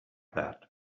that